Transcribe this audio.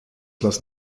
lass